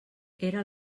era